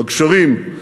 בגשרים,